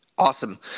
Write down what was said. Awesome